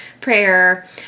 prayer